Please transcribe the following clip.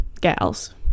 gals